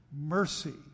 mercy